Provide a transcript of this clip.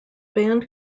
band